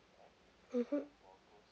mmhmm